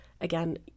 again